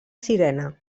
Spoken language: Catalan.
sirena